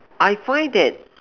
I find that